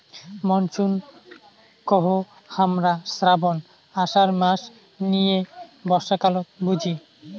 monsoon কহু হামরা শ্রাবণ, আষাঢ় মাস নিয়ে বর্ষাকালত বুঝি